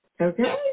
okay